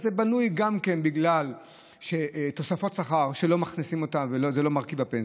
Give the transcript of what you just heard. אז זה בנוי גם בגלל תוספות שכר שלא מכניסים אותן וזה לא מרכיב בפנסיה,